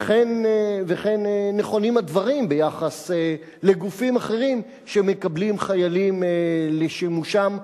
וכן נכונים הדברים ביחס לגופים אחרים שמקבלים חיילים לשימושם,